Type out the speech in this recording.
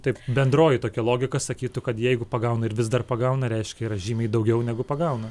taip bendroji tokia logika sakytų kad jeigu pagauna ir vis dar pagauna reiškia yra žymiai daugiau negu pagauna